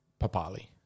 Papali